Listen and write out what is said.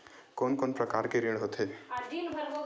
कोन कोन प्रकार के ऋण होथे?